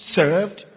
served